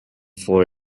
for